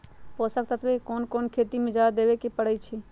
पोषक तत्व क कौन कौन खेती म जादा देवे क परईछी?